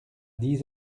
dix